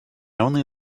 only